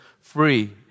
free